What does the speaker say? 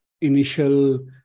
initial